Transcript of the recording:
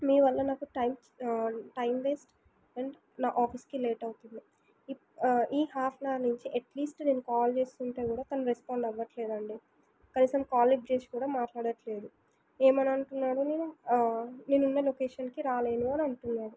మీ వల్ల నాకు time time waste and నా ఆఫీస్కి లేట్ అవుతుంది ఇప్ ఈ హాఫ్నవర్ నుంచి అట్లీస్ట్ నేను కాల్ చేస్తుంటే కూడా తను రెస్పాండ్ అవ్వటం లేదండి కనీసం కాల్ లిఫ్ట్ చేసి కూడా మాట్లాడటం లేదు ఏమనంటున్నాడు నేను నేనున్న లొకేషన్కి రాలేను అనంటున్నాడు